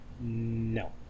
No